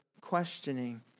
questioning